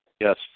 Yes